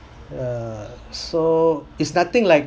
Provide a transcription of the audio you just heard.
uh so it's nothing like